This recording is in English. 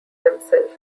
himself